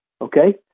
okay